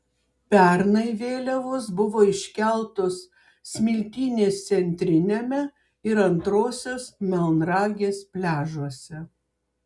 pernai vėliavos buvo iškeltos smiltynės centriniame ir antrosios melnragės pliažuose